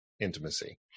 intimacy